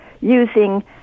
using